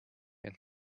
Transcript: and